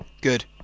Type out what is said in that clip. Good